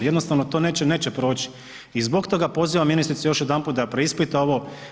Jednostavno to neće proći i zbog toga pozivam ministricu još jedanput da preispita ovo.